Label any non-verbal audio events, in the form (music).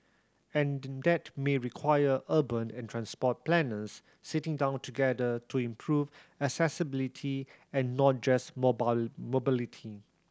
and (unintelligible) that may require urban and transport planners sitting down together to improve accessibility and not just mobile mobility